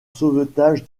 sauvetage